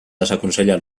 desaconsella